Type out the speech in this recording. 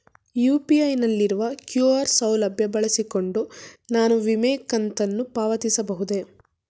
UPI ನಲ್ಲಿರುವ QR ಸೌಲಭ್ಯ ಬಳಸಿಕೊಂಡು ನಾನು ವಿಮೆ ಕಂತನ್ನು ಪಾವತಿಸಬಹುದೇ?